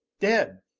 dead!